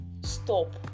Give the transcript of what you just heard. stop